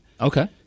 Okay